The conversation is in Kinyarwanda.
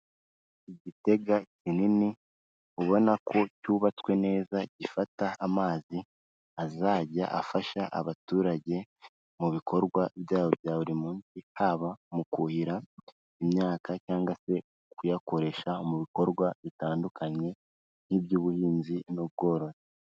Igitega kinini, ubona ko cyubatswe neza gifata amazi, azajya afasha abaturage mu bikorwa byabo bya buri munsi haba mu kuhira imyaka, cyangwa se kuyakoresha mu bikorwa bitandukanye nk'iby'ubuhinzi n'ubworozi.